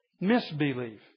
misbelief